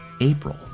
April